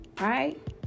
Right